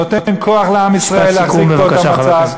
נותן כוח לעם ישראל להחזיק פה את המצב.